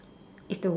it's the word